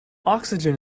oxygen